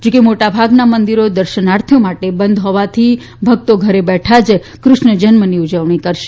જો કે મોટાભાગના મંદીરોમાં દર્શનાર્થીઓ માટે બંધ હોવાથી ભકતો ઘરે બેઠા જ કૃષ્ણ જન્મની ઉજવણી કરશે